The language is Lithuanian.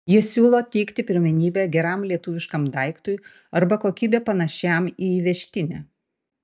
jie siūlo teikti pirmenybę geram lietuviškam daiktui arba kokybe panašiam į įvežtinį